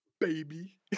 Baby